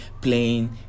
playing